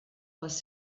les